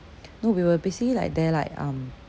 no we were basically like there like um